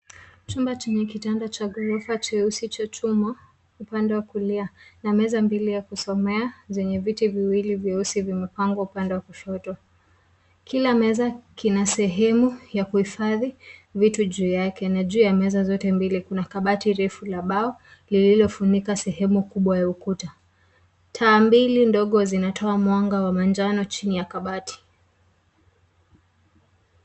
Chumba chenye kitanda cha ghorofa cheusi cha chuma upande wa kulia na meza mbili ya kusomea zenye viti viwili vyeusi vimepangwa upande wa kushoto. Kila meza Kina sehemu ya kuhifadhi vitu juu yake na juu ya meza zote mbili kuna kabati refu la mbao lililofunika sehemu kubwa ya ukuta. Taa mbili ndogo zinatoa mwanga wa manjano chini ya kabati.